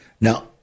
Now